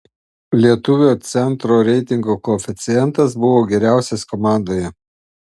lietuvio centro reitingo koeficientas buvo geriausias komandoje